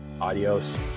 Adios